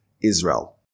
Israel